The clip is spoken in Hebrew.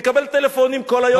מקבל טלפונים כל היום וכל הלילה.